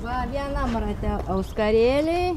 va vienam rate auskarėliai